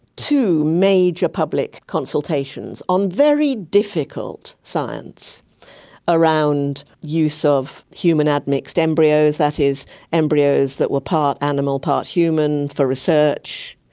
two major public consultations on very difficult science around use of human admixed embryos, that is embryos that were part animal, part human, for research,